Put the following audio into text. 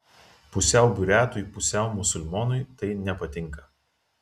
pusiau buriatui pusiau musulmonui tai nepatinka